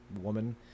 woman